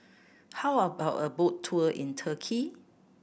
how about a boat tour in Turkey